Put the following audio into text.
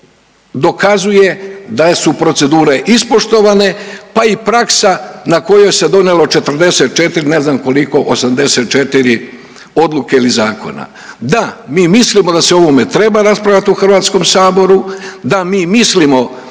dokazuje da su procedure ispoštovane, pa i praksa na kojoj se donijelo 44, ne znam koliko 84 odluke ili zakona. Da, mi mislimo da se o ovome treba raspravljati u Hrvatskom saboru, da mi mislimo